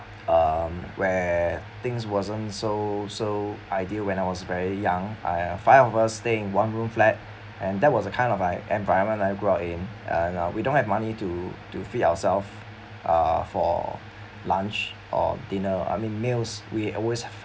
um where things wasn't so so ideal when I was very young I five of us staying one room flat and that was the kind of uh environment I grew up in and we don't have money to to feed ourself uh for lunch or dinner I mean meals we always